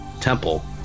Temple